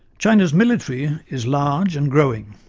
china's military is large and growing,